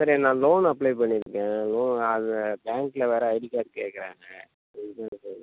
sir நான் loan apply பண்ணிருக்கேன் loan அது பேங்கில் வேறு ஐடி கார்டு கேட்கறாங்க